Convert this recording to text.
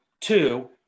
two